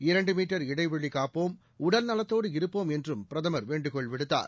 இரண்டு மீட்டர் இடைவெளி காப்போம் உடல்நலத்தோடு இருப்போம் என்றும் பிரதமா் வேண்டுகோள்விடுத்தார்